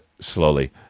slowly